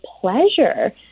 pleasure